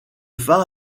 phare